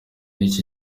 y’iki